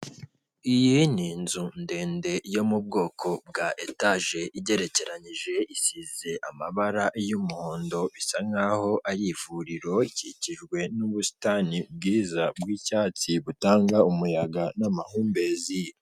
Iyi ni inzu ndende yo mu bwoko bwa etaje igerekeranyije, isize amabara y'umuhondo, bisa nk'aho ari ivuriro, ikikijwe n'ubusitani bwiza bw'icyatsi, butanga umuyaga n'amahumbezi.